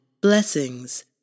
Blessings